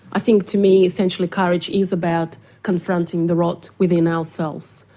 i think to me essentially courage is about confronting the rot within ourselves.